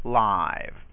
live